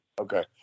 Okay